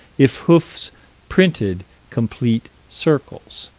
if hoofs printed complete circles.